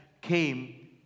came